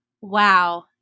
Wow